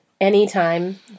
anytime